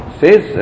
says